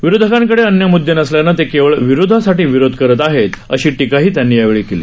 विरोधकांकडे अन्य मुद्दे नसल्यानं ते केवळ विरोधासाठी विरोध करत आहेत अशी टीकाही त्यानी केली